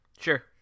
Sure